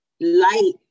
light